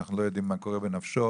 אנחנו לא יודעים מה קורה בנפשו,